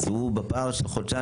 אז הוא בפער של חודשיים,